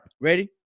ready